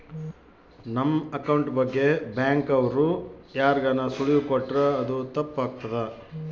ನಮ್ ಅಕೌಂಟ್ ಬಗ್ಗೆ ಬ್ಯಾಂಕ್ ಅವ್ರು ಯಾರ್ಗಾನ ಸುಳಿವು ಕೊಟ್ರ ಅದು ತಪ್ ಆಗ್ತದ